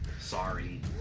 Sorry